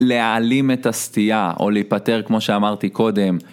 להעלים את הסטייה או להיפטר כמו שאמרתי קודם.